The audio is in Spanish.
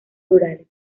rurales